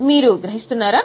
మీరు గ్రహిస్తున్నారా